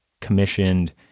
commissioned